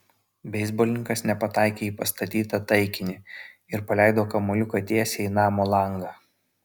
beisbolininkas nepataikė į pastatytą taikinį ir paleido kamuoliuką tiesiai į namo langą